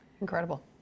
Incredible